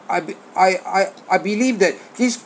I b~ I I I believe that this